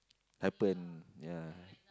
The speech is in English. happen ya